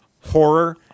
horror